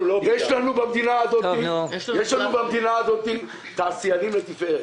יש לנו במדינה הזאת תעשיינים לתפארת.